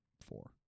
Four